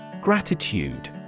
Gratitude